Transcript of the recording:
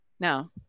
Now